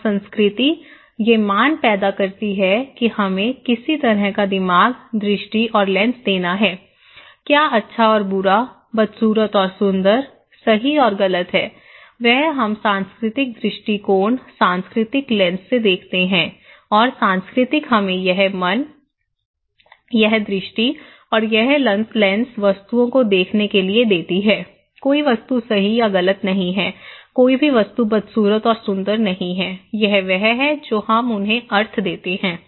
और संस्कृति ये मान पैदा करती है कि हमें किसी तरह का दिमाग दृष्टि और लेंस देना है क्या अच्छा और बुरा बदसूरत और सुंदर सही और गलत है वह हम सांस्कृतिक दृष्टिकोण सांस्कृतिक लेंस से देखते हैं और संस्कृति हमें यह मन यह दृष्टि और यह लेंस वस्तुओं को देखने के लिए देती है कोई वस्तु सही या गलत नहीं है कोई भी वस्तु बदसूरत और सुंदर नहीं है यह वह है जो हम उन्हें अर्थ देते हैं